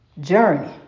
journey